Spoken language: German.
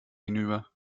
hinüber